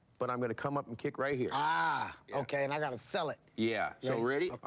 but i'm gonna come up and kick right here. ah, okay, and i got to sell it. yeah, so ready?